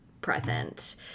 present